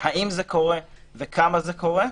האם זה קורה וכמה זה קורה.